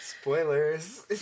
Spoilers